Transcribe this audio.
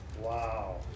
Wow